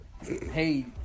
Hey